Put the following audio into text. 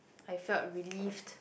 I felt relieved